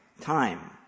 Time